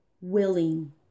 willing